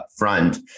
upfront